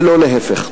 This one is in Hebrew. ולא להיפך.